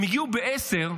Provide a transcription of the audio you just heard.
הם הגיעו ב-10:00,